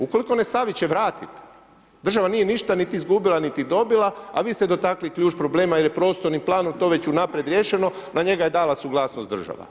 Ukoliko ne stavi, će vratiti, država nije ništa niti izgubila niti dobila, a vi ste dotaknuli ključ problema, jer je prostorni planom to već unaprijed riješeno, na njega je dala suglasnost država.